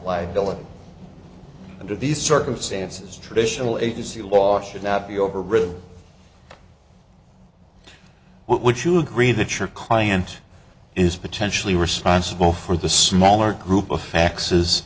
liability under these circumstances traditional agency law should not be overridden would you agree that your client is potentially responsible for the smaller group of fa